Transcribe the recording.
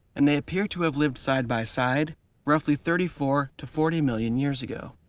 and they appear to have lived side by side roughly thirty four to forty million years ago.